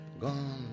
Gone